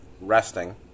resting